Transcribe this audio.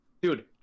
Dude